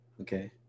okay